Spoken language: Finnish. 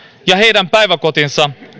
ja heidän päiväkotinsa